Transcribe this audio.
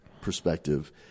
perspective